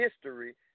history